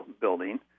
Building